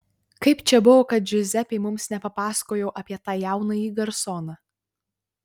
kaip čia buvo kad džiuzepė mums nepapasakojo apie tą jaunąjį garsoną